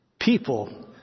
people